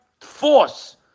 force